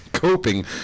Coping